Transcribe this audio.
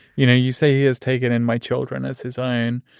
you know, you say he has taken in my children as his own.